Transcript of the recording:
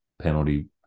penalty